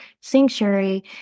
Sanctuary